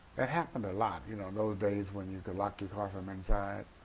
it happened a lot, you know those days when you could lock your car from inside.